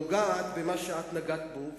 נוגעת במה שאת נגעת בו,